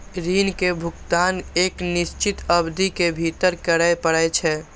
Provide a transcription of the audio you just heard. ऋण के भुगतान एक निश्चित अवधि के भीतर करय पड़ै छै